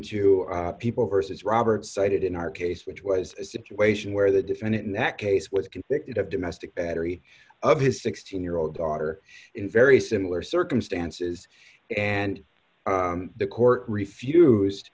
to people versus roberts cited in our case which was a situation where the defendant in that case with conflicted up domestic battery of his sixteen year old daughter in very similar circumstances and the court refused